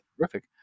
terrific